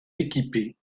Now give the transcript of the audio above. équiper